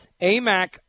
AMAC